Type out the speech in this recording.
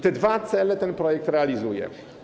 Te dwa cele ten projekt realizuje.